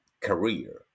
career